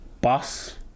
bus